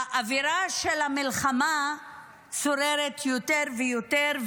האווירה של המלחמה שוררת יותר ויותר,